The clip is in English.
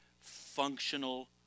functional